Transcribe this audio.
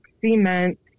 cement